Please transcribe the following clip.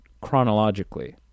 chronologically